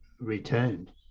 returned